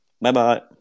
Bye-bye